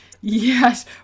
yes